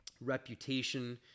reputation